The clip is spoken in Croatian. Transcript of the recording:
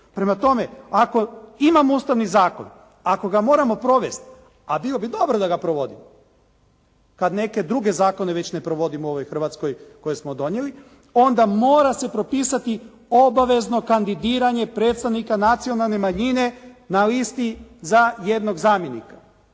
Prema tome, ako imamo Ustavni zakon, ako ga moramo provesti, a bilo bi dobro da ga provodimo kad neke druge zakone već ne provodimo u ovoj Hrvatskoj koje smo donijeli, onda mora se propisati obavezno kandidiranje predstavnika nacionalne manjine na listi za jednog zamjenika.